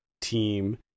team